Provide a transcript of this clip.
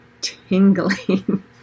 tingling